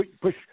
push